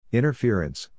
Interference